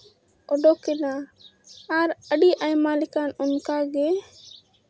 ᱚᱰᱳᱠ ᱮᱱᱟ ᱟᱨ ᱟᱹᱰᱤ ᱟᱭᱢᱟ ᱞᱮᱠᱟᱱ ᱚᱱᱠᱟ ᱜᱮ